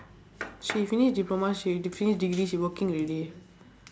she finish diploma she de~ finish degree she working already